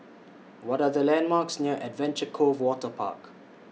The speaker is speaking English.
What Are The landmarks near Adventure Cove Waterpark